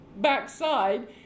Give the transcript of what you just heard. backside